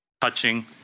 Touching